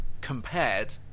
compared